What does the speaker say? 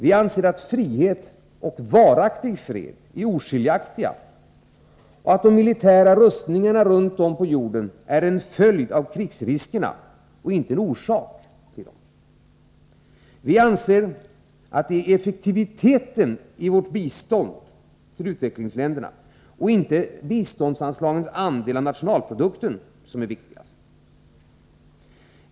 Vi anser att frihet och varaktig fred är oskiljaktiga begrepp och att de militära rustningarna runt om i världen är en följd av krigsriskerna, inte en orsak till dem. Vi anser att det är effektiviteten i vårt bistånd till utvecklingsländerna och inte biståndsanslagens andel av nationalprodukten som är viktigast.